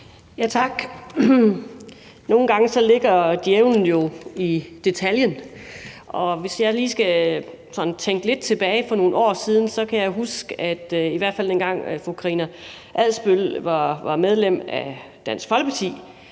(V): Tak. Nogle gange ligger djævlen jo i detaljen, og hvis jeg lige skal tænke tilbage til for et par år siden, kan jeg huske, at i hvert fald dengang fru Karina Adsbøl var medlem af Dansk Folkeparti,